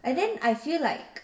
and then I feel like